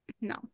no